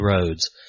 roads